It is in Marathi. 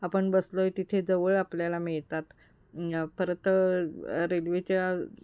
आपण बसलो आहे तिथे जवळ आपल्याला मिळतात परत रेल्वेच्या